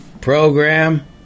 Program